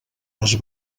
les